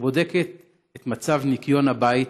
ובודקת את מצב ניקיון הבית,